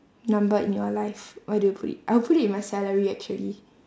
number in your life where do you put it I will put it in my salary actually